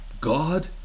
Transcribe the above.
God